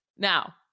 Now